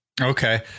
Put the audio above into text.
Okay